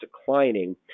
declining